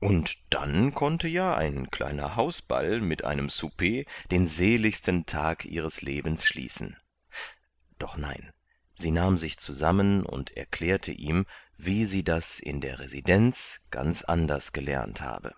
und dann konnte ja ein kleiner hausball mit einem souper den seligsten tag ihres lebens schließen doch nein sie nahm sich zusammen und erklärte ihm wie sie das in der residenz ganz anders gelernt habe